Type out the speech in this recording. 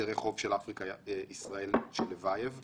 בהסדרי חוב של "אפריקה ישראל" של לבייב,